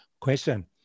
question